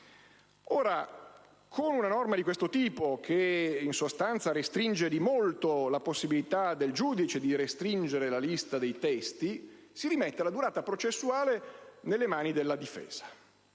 Con una norma di questo tipo, che in sostanza limita di molto la possibilità del giudice di restringere la lista dei testi, si rimette la durata processuale nelle mani della difesa.